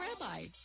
rabbi